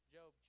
Job